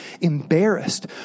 embarrassed